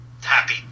happy